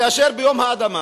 וכאשר ביום האדמה